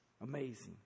Amazing